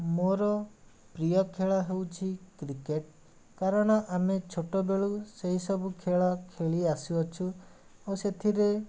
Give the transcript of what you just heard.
ମୋର ପ୍ରିୟ ଖେଳ ହେଉଛି କ୍ରିକେଟ୍ କାରଣ ଆମେ ଛୋଟବେଳୁ ସେଇସବୁ ଖେଳ ଖେଳି ଆସୁଅଛୁ ଓ ସେଥିରେ